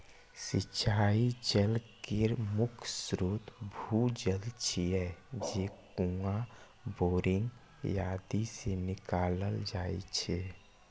सिंचाइ जल केर मुख्य स्रोत भूजल छियै, जे कुआं, बोरिंग आदि सं निकालल जाइ छै